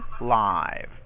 live